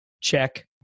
check